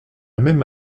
même